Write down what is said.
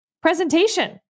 presentation